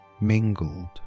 mingled